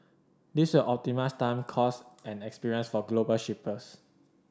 this will optimise time cost and experience for global shippers